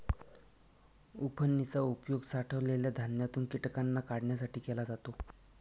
उफणनी चा उपयोग साठवलेल्या धान्यातून कीटकांना काढण्यासाठी केला जातो